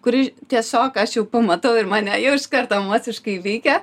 kuri tiesiog aš jau pamatau ir mane jau iš karto emociškai veikia